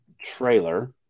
trailer